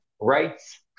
Rights